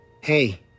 Hey